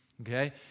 Okay